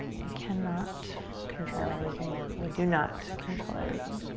we cannot control everything. we do not control everything.